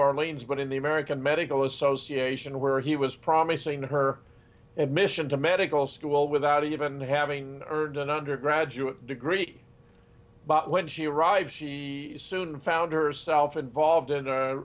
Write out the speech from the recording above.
orleans but in the american medical association where he was promising to her and mission to medical school without even having earned an undergraduate degree but when she arrived she soon found herself involved in a